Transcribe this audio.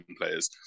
players